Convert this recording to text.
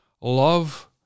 Love